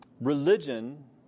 religion